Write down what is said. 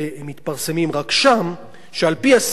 שעל-פי הסיכום עם ועד הרבנים לגבי חריש,